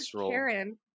Karen